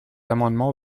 amendement